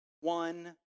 one